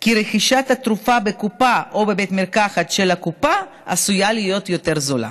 כי רכישת התרופה בקופה או בבית מרקחת של הקופה עשויה להיות יותר זולה.